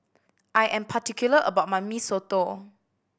I am particular about my Mee Soto